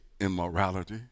immorality